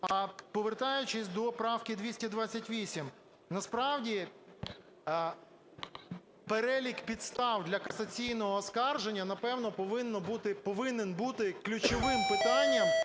А, повертаючись до правки 228, насправді перелік підстав для касаційного оскарження, напевно, повинен бути ключовим питанням,